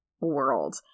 world